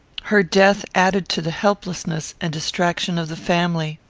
her death added to the helplessness and distraction of the family.